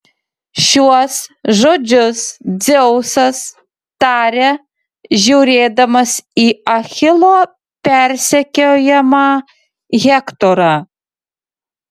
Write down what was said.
šiuos žodžius dzeusas taria žiūrėdamas į achilo persekiojamą hektorą